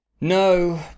No